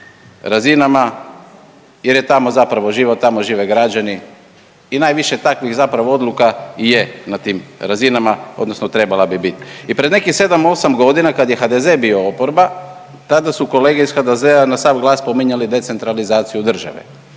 razinama jer je tamo zapravo život, tamo žive građani i najviše takvih zapravo odluka i je na tim razinama, odnosno trebala bi bit. I pred nekih 7, 8 godina kad je HDZ bio oporba tada su kolege iz HDZ-a na sav glas spominjali decentralizaciju države.